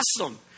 awesome